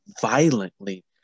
violently